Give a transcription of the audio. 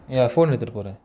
ya phone with the recorder